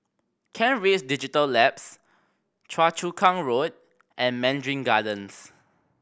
Kent Ridge Digital Labs Choa Chu Kang Road and Mandarin Gardens